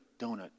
donut